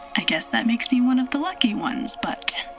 i guess that makes me one of the lucky ones, but